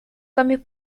cambios